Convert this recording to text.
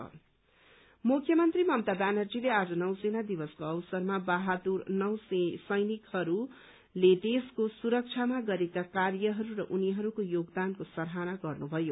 navy day CM मुख्यमन्त्री ममता व्यानर्जीले आज नौ सेना दिवसको अवसमा बहादुर नौ सैनिकहरूले देशको सुरक्षा गरेका कार्यहरू र उनीहरूको योगदानको सराहना गर्नुभयो